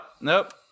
nope